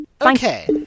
Okay